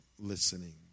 Listening